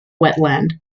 wetland